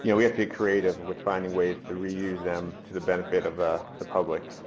yeah we have to be creative with finding ways to reuse them to the benefit of ah the public.